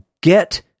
Get